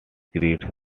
create